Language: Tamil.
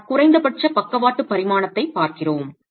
நாம் குறைந்தபட்ச பக்கவாட்டு பரிமாணத்தைப் பார்க்கிறோம்